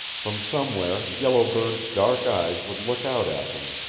from somewhere yellow bird's dark eyes would look out at them,